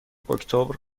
اکتبر